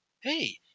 Hey